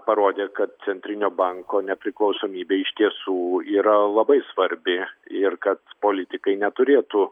parodė kad centrinio banko nepriklausomybė iš tiesų yra labai svarbi ir kad politikai neturėtų